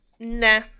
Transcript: Nah